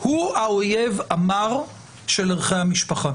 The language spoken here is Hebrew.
הוא האויב המר של ערכי המשפחה.